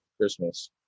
christmas